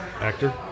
Actor